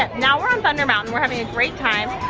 but now we're on thunder mountain, we're having a great time,